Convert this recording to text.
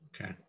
Okay